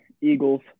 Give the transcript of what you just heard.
Eagles